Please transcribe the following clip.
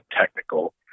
technical